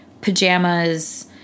pajamas